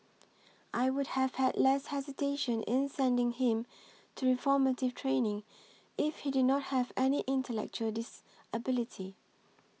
I would have had less hesitation in sending him to reformative training if he did not have any intellectual disability